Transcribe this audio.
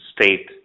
state